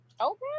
Okay